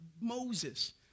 Moses